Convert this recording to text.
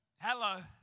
Hello